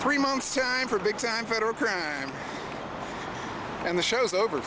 three months time for big time federal crime and the show's over